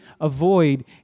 avoid